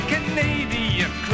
Canadian